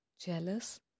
jealous